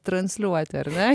transliuoti ar ne